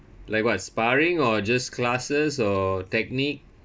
like what sparring or just classes or technique